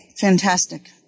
Fantastic